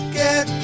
get